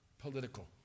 political